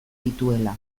dituela